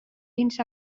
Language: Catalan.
dins